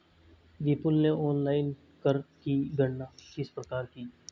विपुल ने ऑनलाइन कर की गणना किस प्रकार की?